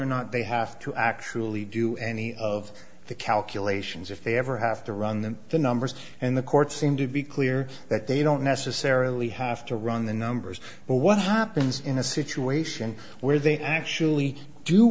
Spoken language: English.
or not they have to actually do any of the calculations if they ever have to run them the numbers and the courts seem to be clear that they don't necessarily have to run the numbers but what happens in a situation where they actually do